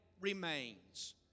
remains